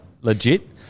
legit